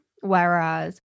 Whereas